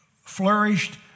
flourished